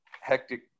hectic